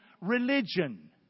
religion